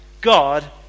God